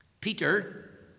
Peter